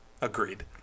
Agreed